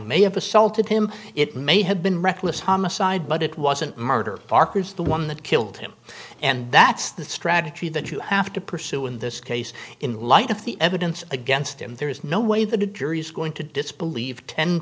tim it may have been reckless homicide but it wasn't murder barker's the one that killed him and that's the strategy that you have to pursue in this case in light of the evidence against him there is no way the jury's going to disbelieve ten